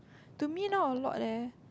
to me know a lot leh